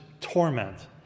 torment